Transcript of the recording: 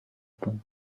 pun